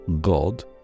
God